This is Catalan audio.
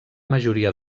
majoria